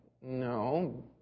No